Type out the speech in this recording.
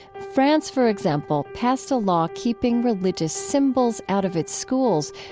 france, for example, passed a law keeping religious symbols out of its schools,